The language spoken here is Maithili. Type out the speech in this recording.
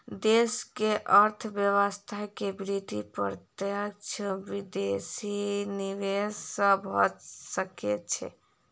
देश के अर्थव्यवस्था के वृद्धि प्रत्यक्ष विदेशी निवेश सॅ भ सकै छै